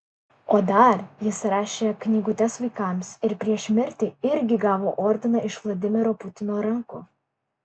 o dar jis rašė knygutes vaikams ir prieš mirtį irgi gavo ordiną iš vladimiro putino rankų